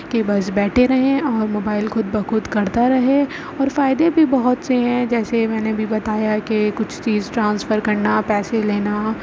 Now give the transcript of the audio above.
کہ بس بیٹھے رہیں اور موبائل خود بخود کرتا رہے اور فائدے بھی بہت سے ہیں جیسے میں نے ابھی بتایا کہ کچھ چیز ٹرانسفر کرنا پیسے لینا